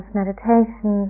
meditation